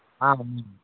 ఉన్నాయండి